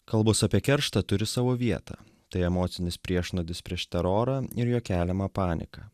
kalbos apie kerštą turi savo vietą tai emocinis priešnuodis prieš terorą ir jo keliamą paniką